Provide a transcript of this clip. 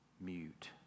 mute